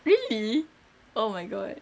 really oh my god